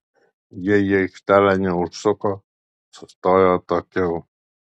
jie į aikštelę neužsuko sustojo atokiau